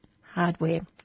hardware